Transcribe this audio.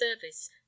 service